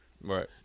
Right